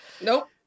Nope